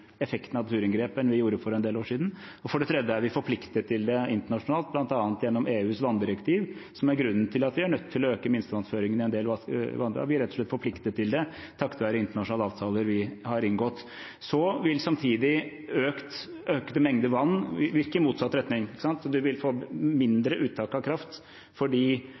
effekten av naturinngrep nå enn vi gjorde for en del år siden. For det tredje er vi forpliktet til det internasjonalt, bl.a. gjennom EUs vanndirektiv, som er grunnen til at vi er nødt til å øke minstevannføringen i en del vassdrag. Vi er rett og slett forpliktet til det takket være internasjonale avtaler vi har inngått. Samtidig vil en økende mengde vann virke i motsatt retning. Man vil få mindre uttak av kraft